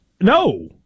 No